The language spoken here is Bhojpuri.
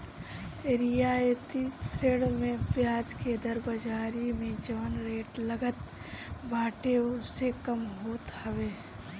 रियायती ऋण में बियाज के दर बाजारी में जवन रेट चलत बाटे ओसे कम होत हवे